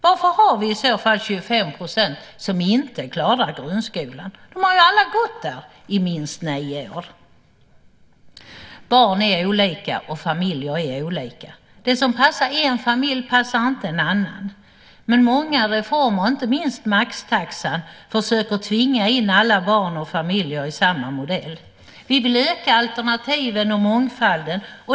Varför har vi i så fall 25 % som inte klarar grundskolan? De har ju alla gått där i minst nio år. Barn är olika, och familjer är olika. Det som passar en familj passar inte en annan. Men många reformer, inte minst maxtaxan, försöker tvinga in alla barn och familjer i samma modell. Vi vill öka alternativen och mångfalden.